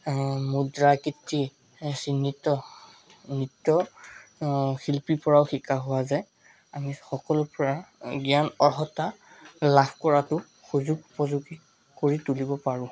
মুদ্ৰাকৃতি চিহ্নিত নৃত্য শিল্পীৰ পৰাও শিকা হোৱা যায় আমি সকলোৰ পৰা জ্ঞান অৰ্হতা লাভ কৰাটো সুযোগ সুযোগ কৰি তুলিব পাৰোঁ